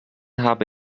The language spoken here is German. habe